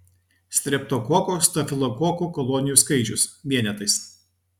streptokokų stafilokokų kolonijų skaičius vienetais